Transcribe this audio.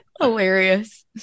Hilarious